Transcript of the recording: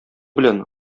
белән